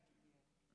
חוליגניים.